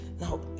now